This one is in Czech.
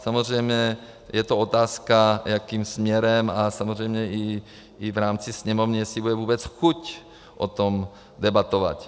Samozřejmě je to otázka, jakým směrem, a samozřejmě i v rámci Sněmovny jestli bude vůbec chuť o tom debatovat.